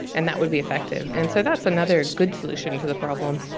and that would be effective. and so that's another good solution to the problem.